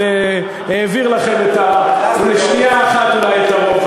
זה העביר לכם לשנייה אחת אולי את הרוב.